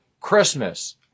Christmas